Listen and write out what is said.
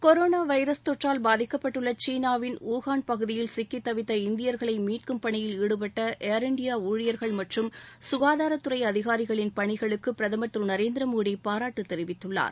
corona virus தொற்றால் பாதிக்கப்பட்டுள்ள சீனாவின் ஊகான் பகுதியில் சிக்கித்தவித்த இந்தியர்களை மீட்கும் பணியில் ஈடுபட்ட ஏர் இந்தியா ஊழியர்கள் மற்றும் சுகாதாரத்துறை அதிகாரிகளின் பணிகளுக்கு பிரதமர் திரு நரேந்திர மோடி பாராட்டு தெரிவித்துள்ளார்